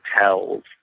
hotels